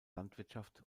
landwirtschaft